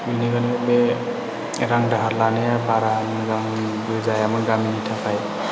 बिनिखायनो बे रां दाहार लानाया बारा मोजांबो जायामोन गामिनि थाखाय